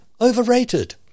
overrated